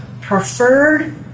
preferred